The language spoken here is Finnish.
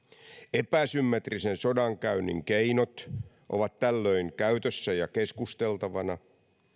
epäsymmetrisen sodankäynnin keinot ovat tällöin käytössä ja keskusteltavana